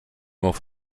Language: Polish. mów